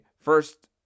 first